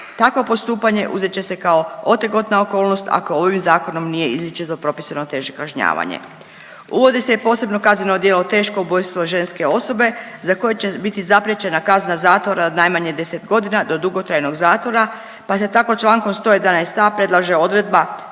Takvo postupanje uzet će se kao otegotna okolnost ako ovim zakonom nije izričito propisano teže kažnjavanje. Uvodi se i posebno kazneno djelo teško ubojstvo ženske osobe za koje će biti zapriječena kazna zatvora od najmanje 10 godina do dugotrajnog zatvora pa se tako Člankom 111a. predlaže odredba